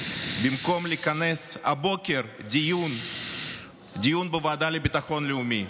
במקום לכנס הבוקר דיון בוועדה לביטחון לאומי,